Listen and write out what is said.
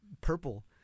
purple